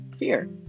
Fear